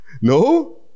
No